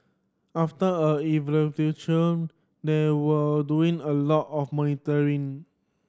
after a they were doing a lot of monitoring